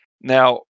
now